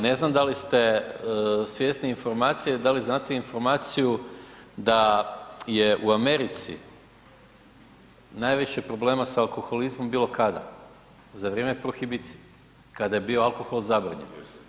Ne znam da li ste svjesni informacije, da li znate informaciju da je u Americi najviše problema sa alkoholizmom bilo kada, za vrijeme prohibicije kada je bio alkohol zabranjen.